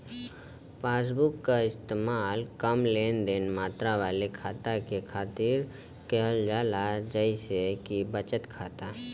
passbook क इस्तेमाल कम लेनदेन मात्रा वाले खाता के खातिर किहल जाला जइसे कि बचत खाता